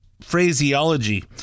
phraseology